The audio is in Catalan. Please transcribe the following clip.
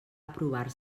aprovar